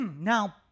Now